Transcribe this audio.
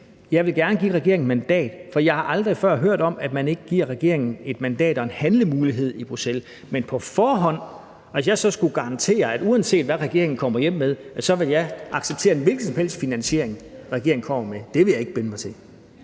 Jeg vil gerne give regeringen et mandat, for jeg har aldrig før hørt om, at man ikke giver regeringen et mandat og en handlemulighed i Bruxelles; men at jeg så på forhånd skulle garantere, at uanset hvad regeringen kommer hjem med, vil jeg acceptere en hvilken som helst finansiering, regeringen kommer med, vil jeg ikke binde mig til.